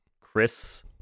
Chris